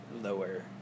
lower